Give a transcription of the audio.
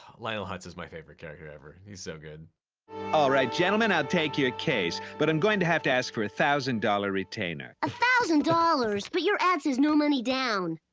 lionel hutz is my favorite character ever, he's so good. all right gentlemen, i'll take your case, but i'm going to have to ask for a one thousand dollars retainer. a thousand dollars? but your ad says no money down.